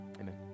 amen